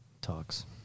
Talks